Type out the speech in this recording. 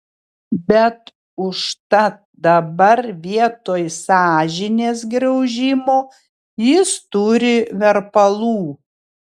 bet užtat dabar vietoj sąžinės graužimo jis turi verpalų